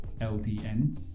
LDN